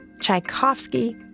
Tchaikovsky